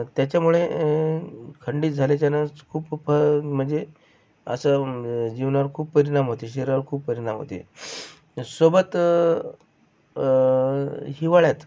त्याच्यामुळे खंडित झाल्याच्यानं खूप खूप म्हणजे असं जीवनावर खूप परिणाम होते शरीरावर खूप परिणाम होते सोबत हिवाळ्यात